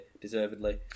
deservedly